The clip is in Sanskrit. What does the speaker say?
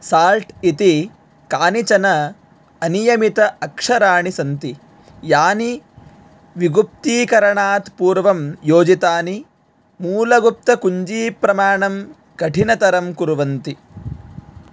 साल्ट् इति कानिचन अनियमित अक्षराणि सन्ति यानि विगुप्तीकरणात् पूर्वं योजितानि मूलगुप्तकुञ्जीप्रमाणं कठिनतरं कुर्वन्ति